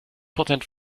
prozent